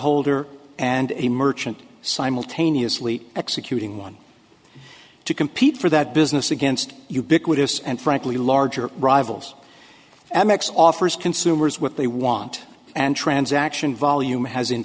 holder and a merchant simultaneously executing one to compete for that business against ubiquitous and frankly larger rivals amex offers consumers what they want and transaction volume has